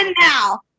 now